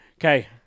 Okay